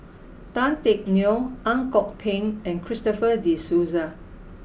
Tan Teck Neo Ang Kok Peng and Christopher De Souza